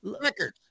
records